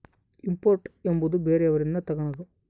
import ಎಂಬುವುದು ಬೇರೆಯವರಿಂದ ತಗನದು